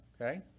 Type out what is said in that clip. Okay